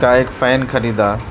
کا ایک فین خریدا